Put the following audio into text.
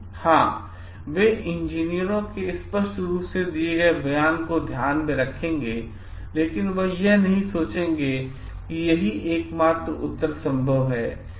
हां वे इंजीनियरों के स्पष्ट रूप से दिए गए बयान को ध्यान में रखेंगे लेकिन वे यह नहीं सोचेंगे कि यही एकमात्र उत्तर संभव है